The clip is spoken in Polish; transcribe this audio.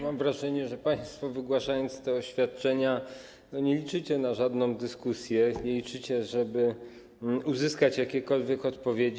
Mam wrażenie, że państwo, wygłaszając te oświadczenia, nie liczycie na żadną dyskusję, nie liczycie na to, żeby uzyskać jakiekolwiek odpowiedzi.